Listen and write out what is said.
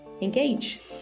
engage